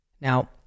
Now